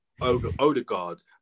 Odegaard